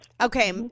Okay